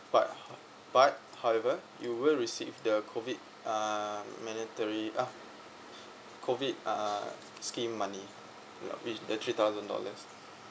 but but however you will receive the COVID um monetary ah COVID uh scheme money you know which the three thousand dollars